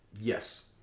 Yes